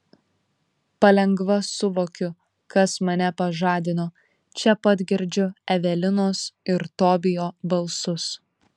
palengva suvokiu kas mane pažadino čia pat girdžiu evelinos ir tobijo balsus